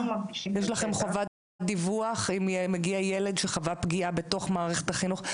יש לכם חובת דיווח אם מגיע ילד שחווה פגיעה בתוך מערכת החינוך?